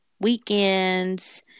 weekends